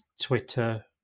Twitter